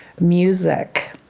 music